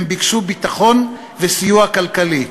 הם ביקשו ביטחון וסיוע כלכלי,